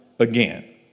Again